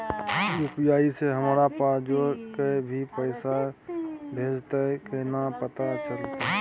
UPI से हमरा पास जे कोय भी पैसा भेजतय केना पता चलते?